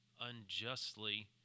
unjustly